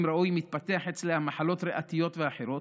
ראוי מתפתחות אצלם מחלות ריאה ואחרות,